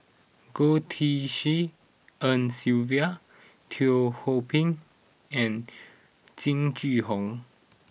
Goh Tshin En Sylvia Teo Ho Pin and Jing Jun Hong